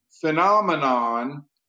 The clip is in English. phenomenon